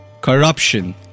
corruption